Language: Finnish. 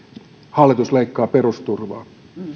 hallitus leikkaa perusturvaa